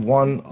one